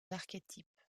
archétypes